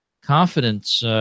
confidence